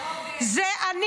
מירב, זה לא הוגן.